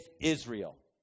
Israel